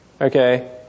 Okay